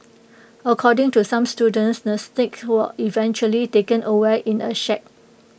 according to some students the snake was eventually taken away in A sack